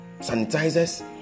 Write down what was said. sanitizers